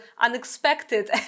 unexpected